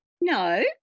No